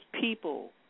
people